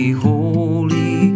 holy